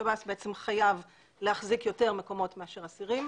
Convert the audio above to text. שב"ס בעצם חייב להחזיק יותר מקומות מאשר אסירים.